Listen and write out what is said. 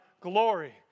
glory